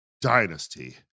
Dynasty